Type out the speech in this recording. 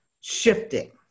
shifting